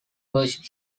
worship